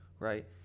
Right